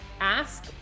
ask